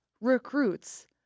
recruits